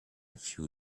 few